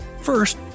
First